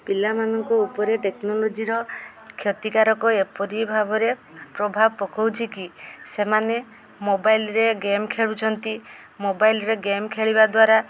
ପିଲାମାନଙ୍କ ଉପରେ ଟେକ୍ନୋଲୋଜିର କ୍ଷତିକାରକ ଏପରି ଭାବରେ ପ୍ରଭାବ ପକାଉଛି କି ସେମାନେ ମୋବାଇଲ୍ରେ ଗେମ୍ ଖେଳୁଛନ୍ତି ମୋବାଇଲ୍ରେ ଗେମ୍ ଖେଳିବା ଦ୍ୱାରା